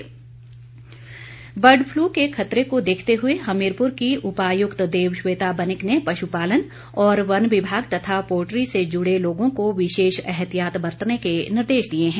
बुर्ड flu bird flu के खतरे को देखते हुए हमीरपुर की उपायुक्त देवश्वेता बनिक ने पशुपालन और वन विभाग तथा पोल्ट्री से जुड़े लोगों को विशेष एहतियात बरतने के निर्देश दिए है